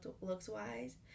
looks-wise